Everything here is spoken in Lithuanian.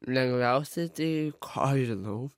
lengviausia tai ką aš žinau